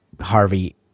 Harvey